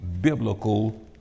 biblical